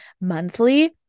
monthly